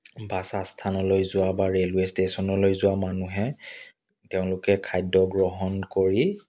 bus আস্থানলৈ যোৱা বা ৰেলৱে' ষ্টেশ্যনলৈ যোৱা মানুহে তেওঁলোকে খাদ্য গ্ৰহণ কৰি